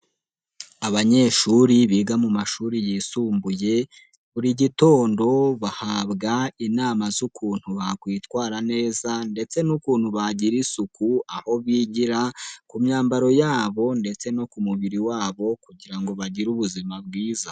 Abanyeshuri biga mu mashuri yisumbuye, buri gitondo bahabwa inama z'ukuntu bakwitwara neza ndetse n'ukuntu bagira isuku, aho bigira ku myambaro yabo ndetse no ku mubiri wabo kugira ngo bagire ubuzima bwiza.